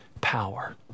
power